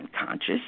unconscious